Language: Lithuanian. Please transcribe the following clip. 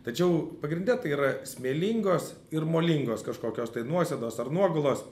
tačiau pagrinde tai yra smėlingos ir molingos kažkokios nuosėdos ar nuogulos